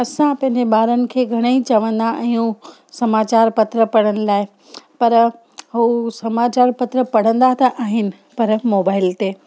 असां पंहिंजे ॿारनि खे घणेई चवंदा आहियूं समाचार पत्र पढ़ण लाइ पर हू समाचार पत्र पढ़ंदा त आहिनि पर मोबाइल ते